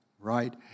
right